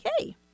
Okay